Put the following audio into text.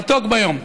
מתוק ביום.